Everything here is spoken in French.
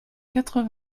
quatre